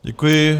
Děkuji.